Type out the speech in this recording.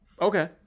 Okay